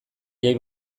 jai